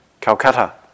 Calcutta